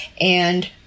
And-